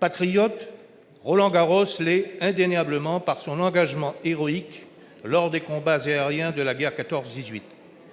Patriote, Roland Garros l'est indéniablement par son engagement héroïque lors des combats aériens de la guerre de 14-18.